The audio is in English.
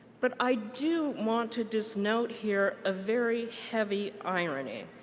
but i do want to just note here a very heavy irony.